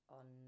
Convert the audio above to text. on